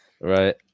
Right